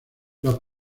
los